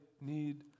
need